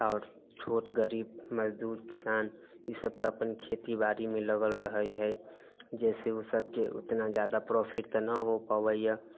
आओर छोट गरीब मजदूर किसान ईसभ तऽ अपन खेती बाड़ीमे लगल रहै है जाहिसँ ओसभके उतना जादा प्रॉफिट तऽ न हो पाबैया